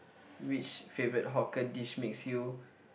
which favorite hawker dish makes you